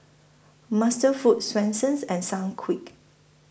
MasterFoods Swensens and Sunquick